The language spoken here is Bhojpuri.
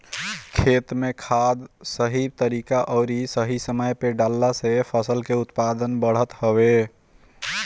खेत में खाद सही तरीका अउरी सही समय पे डालला से फसल के उत्पादन बढ़त हवे